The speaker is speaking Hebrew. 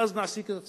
ואז נעסיק את הצבא,